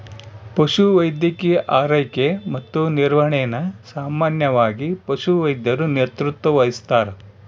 ಪಶುವೈದ್ಯಕೀಯ ಆರೈಕೆ ಮತ್ತು ನಿರ್ವಹಣೆನ ಸಾಮಾನ್ಯವಾಗಿ ಪಶುವೈದ್ಯರು ನೇತೃತ್ವ ವಹಿಸ್ತಾರ